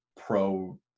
pro